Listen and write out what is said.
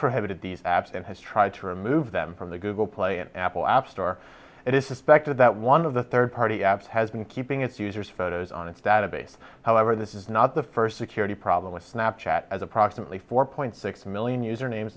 prohibited these apps and has tried to remove them from the google play an apple app store it is suspected that one of the third party apps has been keeping its users photos on its database however this is not the first security problem with snap chat as approximately four point six million username